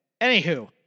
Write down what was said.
Anywho